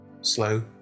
Slow